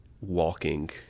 walking